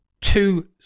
two